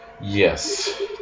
Yes